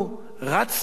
הלכנו,